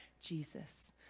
Jesus